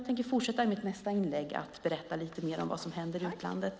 I mitt nästa inlägg tänker jag fortsätta berätta om vad som händer i utlandet.